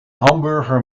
hamburger